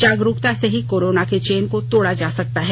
जागरूकता से ही कोरोना के चेन को तोड़ा जा सकता है